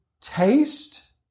taste